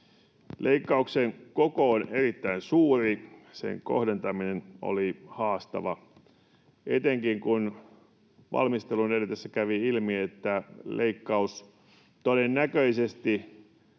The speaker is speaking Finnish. Leikkauksen koko on erittäin suuri. Sen kohdentaminen oli haastava, etenkin kun valmistelun edetessä kävi ilmi, että leikkaus todennäköisesti